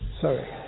sorry